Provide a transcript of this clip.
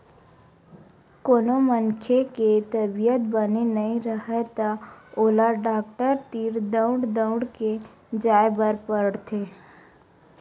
कोनो मनखे के तबीयत बने नइ राहय त ओला डॉक्टर तीर दउड़ दउड़ के जाय बर पड़थे